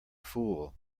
fool